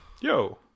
yo